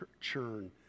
churn